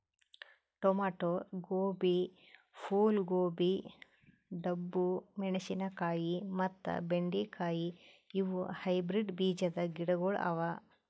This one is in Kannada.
ಟೊಮೇಟೊ, ಗೋಬಿ, ಫೂಲ್ ಗೋಬಿ, ಡಬ್ಬು ಮೆಣಶಿನಕಾಯಿ ಮತ್ತ ಬೆಂಡೆ ಕಾಯಿ ಇವು ಹೈಬ್ರಿಡ್ ಬೀಜದ್ ಗಿಡಗೊಳ್ ಅವಾ